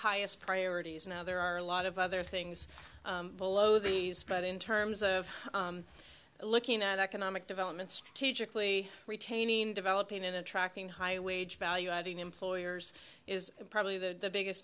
highest priorities now there are a lot of other things volo these but in terms of looking at economic development strategically retaining developing in attracting high wage value adding employers is probably the biggest